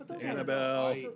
Annabelle